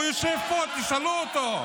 הוא יושב פה, תשאלו אותו.